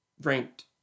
ranked